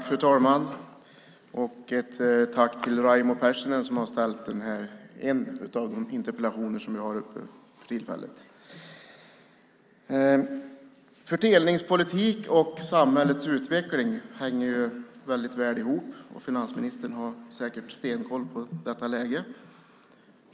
Fru talman! Jag tackar Raimo Pärssinen som har ställt en av dessa interpellationer. Fördelningspolitik och samhällets utveckling hänger väldigt väl ihop. Finansministern har säkert stenkoll på detta läge.